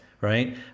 right